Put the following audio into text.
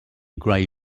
grey